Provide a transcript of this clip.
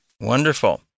Wonderful